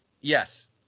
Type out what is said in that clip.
yes